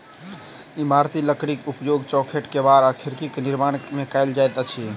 इमारती लकड़ीक उपयोग चौखैट, केबाड़ आ खिड़कीक निर्माण मे कयल जाइत अछि